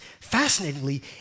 fascinatingly